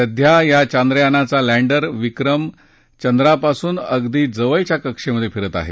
सध्या या चांद्रयानाचा लँडर विक्रम चंद्रापासून अगदी जवळच्या कक्षेत फिरत आहे